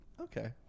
Okay